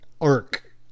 arc